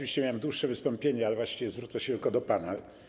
Miałem dłuższe wystąpienie, ale właściwie zwrócę się tylko do pana.